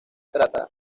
trata